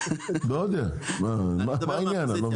לא יודע, מה העניין אז?